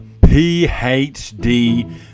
PhD